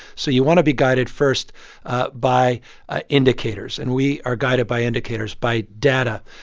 so you want to be guided first ah by ah indicators. and we are guided by indicators, by data.